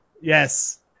Yes